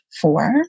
four